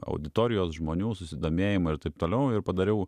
auditorijos žmonių susidomėjimą ir taip toliau ir padariau